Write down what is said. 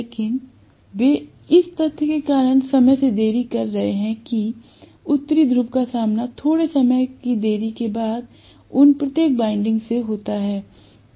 लेकिन वे इस तथ्य के कारण समय से देरी कर रहे हैं कि उत्तरी ध्रुव का सामना थोड़े समय की देरी के बाद उन प्रत्येक वाइंडिंग से होता है